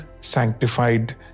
sanctified